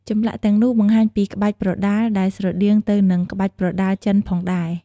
ចម្លាក់ទាំងនោះបង្ហាញពីក្បាច់ប្រដាល់ដែលស្រដៀងទៅនឹងក្បាច់ប្រដាល់ចិនផងដែរ។